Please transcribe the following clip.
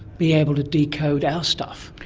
be able to decode our stuff?